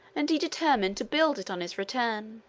and he determined to build it on his return.